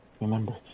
Remember